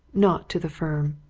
not to the firm.